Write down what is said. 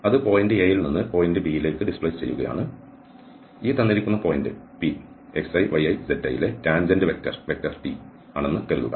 അത് point A യിൽ നിന്ന് പോയിന്റ് B യിലേക്ക് ഡിസ്പ്ലേസ് ചെയ്യുകയാണ് ഈ തന്നിരിക്കുന്ന പോയിന്റ് Pxiyizi ലെ ടാൻജന്റ് വെക്റ്റർ T ആണെന്ന് കരുതുക